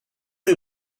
rue